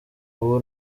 ubu